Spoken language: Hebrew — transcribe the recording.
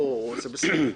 זה בסדר.